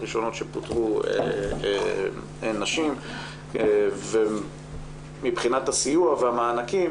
הראשונות שפוטרו הן נשים ומבחינת הסיוע והמענקים